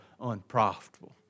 unprofitable